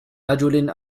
رجل